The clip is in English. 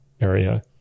area